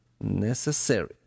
necessary